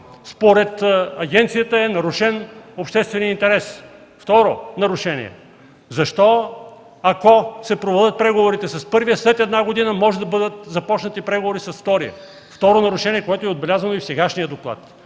според агенцията, е нарушен общественият интерес. Второ нарушение – защо, ако се провалят преговорите с първия, след една година може да бъдат започнати преговори с втория? Второ нарушение, което е отбелязано и в сегашния доклад.